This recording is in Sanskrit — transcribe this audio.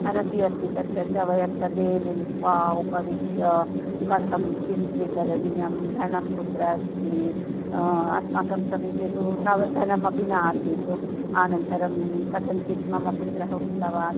मनसि अस्ति तत् चर्चां वयं सर्वे मिलित्वा उपविश्य कथं किं स्वीकरणीयं धनं कुत्र अस्ति अस्माकं समीपे तु तावत् धनमपि नासीत् आनन्तरं कथञ्चित् मम पुत्रः उक्तवान्